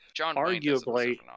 arguably